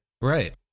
Right